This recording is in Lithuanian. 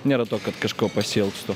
nėra to kad kažko pasiilgstu